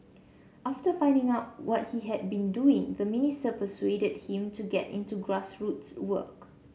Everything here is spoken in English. after finding out what he had been doing the minister persuaded him to get into grassroots work